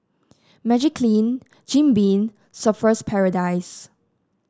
Magiclean Jim Beam Surfer's Paradise